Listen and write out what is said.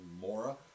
Mora